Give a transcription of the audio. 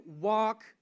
walk